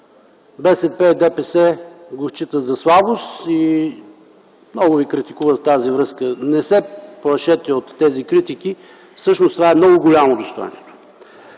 БСП-ДПС, го считат за слабост и много ви критикуват във връзка с това. Не се плашете от тези критики. Всъщност това е много голямо достойнство.